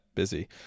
busy